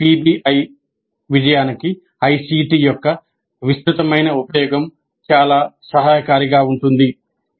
కానీ పిబిఐ విజయానికి ఐసిటి యొక్క విస్తృతమైన ఉపయోగం చాలా సహాయకారిగా ఉంటుంది